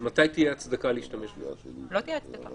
אז מתי תהיה הצדקה להשתמש ב --- לא תהיה הצדקה.